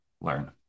learn